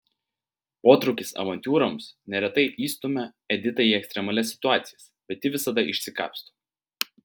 potraukis avantiūroms neretai įstumia editą į ekstremalias situacijas bet ji visada išsikapsto